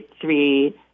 three